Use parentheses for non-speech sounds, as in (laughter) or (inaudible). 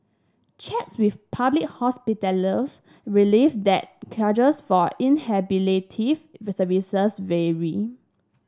checks with public hospitals revealed that charges for (unintelligible) services vary